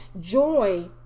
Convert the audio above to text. joy